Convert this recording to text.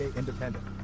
independent